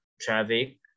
traffic